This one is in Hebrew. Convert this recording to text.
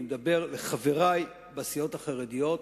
ואני מדבר לחברי בסיעות החרדיות,